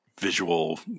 visual